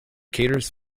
caters